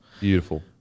Beautiful